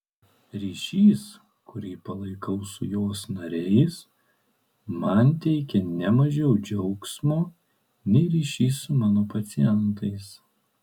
ryšys kurį palaikau su jos nariais man teikia ne mažiau džiaugsmo nei ryšys su mano pacientais